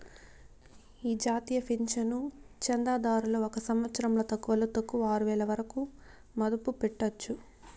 ఈ జాతీయ పింఛను చందాదారులు ఒక సంవత్సరంల తక్కువలో తక్కువ ఆరువేల వరకు మదుపు పెట్టొచ్చు